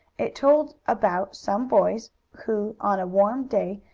it told about some boys who, on a warm day,